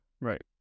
Right